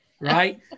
Right